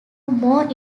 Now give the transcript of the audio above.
more